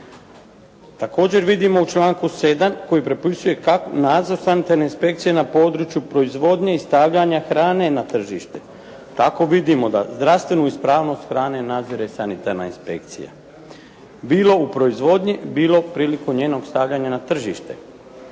Također vidimo u članku 7. koji propisuje kako nadzor sanitarne inspekcije na području proizvodnje i stavljanja hrane na tržište. tako vidimo da zdravstvenu ispravnost hrane nadzire sanitarna inspekcija, bilo u proizvodnji, bilo prilikom njenog stavljanja na tržište.